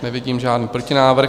Nevidím žádný protinávrh.